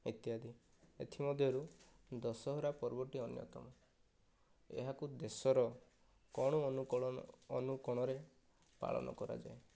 ଇତ୍ୟାଦି ଏଥି ମଧ୍ୟରୁ ଦଶହରା ପର୍ବଟି ଅନ୍ୟତମ ଏହାକୁ ଦେଶର କୋଣ ଅନୁକୋଣରେ ପାଳନ କରାଯାଏ